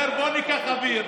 אומר: בוא ניקח אוויר,